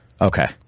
Okay